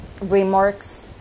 remarks